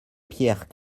pierre